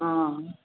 हाँ